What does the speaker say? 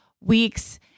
weeks